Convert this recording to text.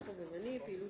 ובי"ת,